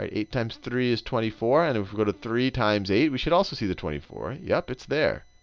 ah eight times three is twenty four. and if we go to three times eight we should also see the twenty four. yep, it's there.